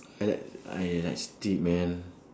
I like I like steak man